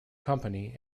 company